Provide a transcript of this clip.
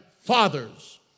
fathers